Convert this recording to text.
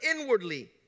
inwardly